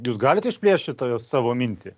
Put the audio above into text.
jūs galite išplėšt šitą savo mintį